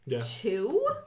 two